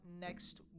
next